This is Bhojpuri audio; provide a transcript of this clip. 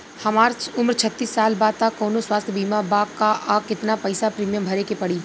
हमार उम्र छत्तिस साल बा त कौनों स्वास्थ्य बीमा बा का आ केतना पईसा प्रीमियम भरे के पड़ी?